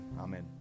Amen